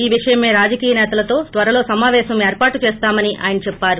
ఈ విషయమై రాజకీయ నేతలతో త్వరలో సమాపేశం ఏర్పాటు చేస్తామని ఆయన చెప్పారు